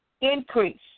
increase